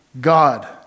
God